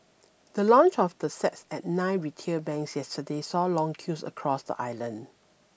the launch of the sets at nine retail banks yesterday saw long queues across the island